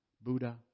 Buddha